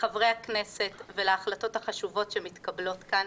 לחברי הכנסת ולהחלטות החשובות שמתקבלות כאן,